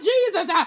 Jesus